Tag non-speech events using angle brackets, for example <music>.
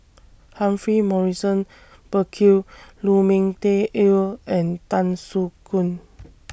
Humphrey Morrison Burkill Lu Ming Teh Earl and Tan Soo Khoon <noise>